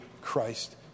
Christ